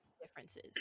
differences